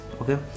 okay